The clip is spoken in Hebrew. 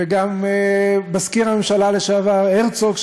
וגם מזכיר הממשלה לשעבר הרצוג,